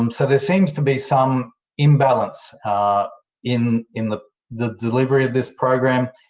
um so, there seems to be some imbalance in in the the delivery of this program.